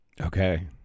Okay